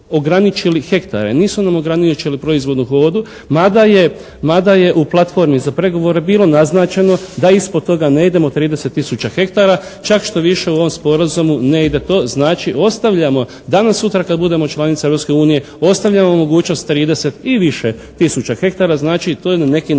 nisu nam ograničili proizvodnu kvotu mada je u platformi za pregovore bilo naznačeno da ispod toga ne idemo 30 tisuća hektara, čak štoviše u ovom Sporazumu ne ide to, znači ostavljamo, danas-sutra kad budemo članica Europske unije ostavljamo mogućnost 30 i više tisuća hektara, znači to je na neki način